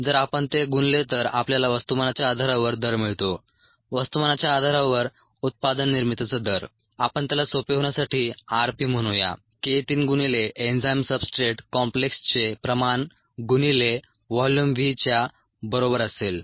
जर आपण ते गुणले तर आपल्याला वस्तुमानाच्या आधारावर दर मिळतो वस्तुमानाच्या आधारावर उत्पादन निर्मितीचा दर आपण त्याला सोपे होण्यासाठी r P म्हणूया जे k 3 गुणिले एन्झाइम सब्सट्रेट कॉम्प्लेक्सचे प्रमाण गुणिले व्हॉल्यूम V च्या बरोबर असेल